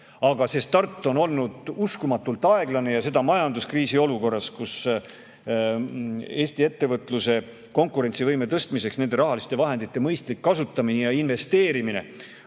Aga see start on olnud uskumatult aeglane, ja seda majanduskriisi olukorras, kus Eesti ettevõtluse konkurentsivõime tõstmiseks on nende rahaliste vahendite mõistlik kasutamine ja investeerimine